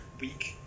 week